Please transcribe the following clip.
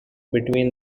between